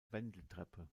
wendeltreppe